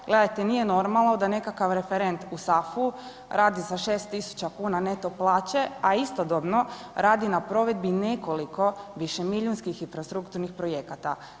Gledajte nije normalno da nekakav referent u SAFU-u radi za 6.000 kuna neto plaće, a istodobno radi na provedbi nekoliko višemilijunskih infrastrukturnih projekata.